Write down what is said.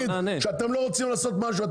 כשאתם לא רוצים לעשות משהו,